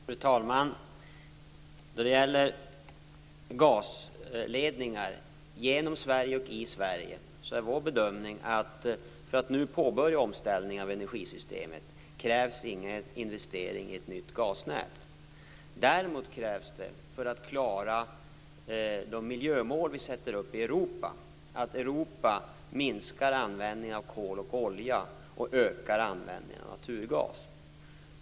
Fru talman! När det gäller gasledningar genom och i Sverige är regeringens bedömning att det inte krävs någon investering i ett nytt gasnät för att nu påbörja omställningen av energisystemet. Däremot krävs, för att klara de miljömål som sätts upp i Europa, att Europa minskar användningen av kol och olja och ökar användningen av naturgas.